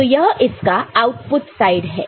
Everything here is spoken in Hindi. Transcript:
तो यह इसका आउटपुट साइड है